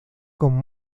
con